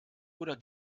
oder